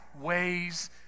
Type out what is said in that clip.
ways